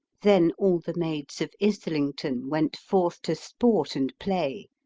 then all the maids of islington went forth to sport and playe,